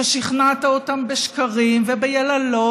ששכנעת אותם בשקרים וביללות,